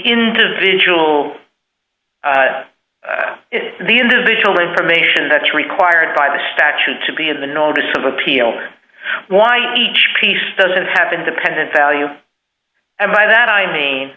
individual the individual information that's required by the statute to be in the notice of appeal why each piece doesn't happen dependent value and by that i mean